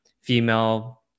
female